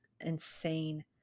insane